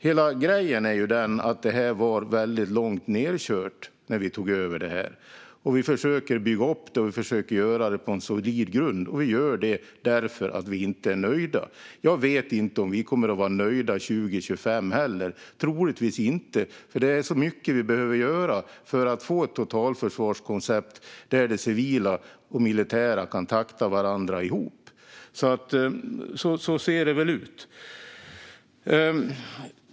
Hela grejen är ju att detta var väldigt långt nedkört när vi tog över det. Vi försöker att bygga upp det, och vi försöker att göra det på en solid grund. Vi gör detta därför att vi inte är nöjda. Jag vet inte om vi kommer att vara nöjda 2025 heller - troligtvis inte, för det är väldigt mycket vi behöver göra för att få ett totalförsvarskoncept där det civila och det militära kan takta. Så ser det väl ut.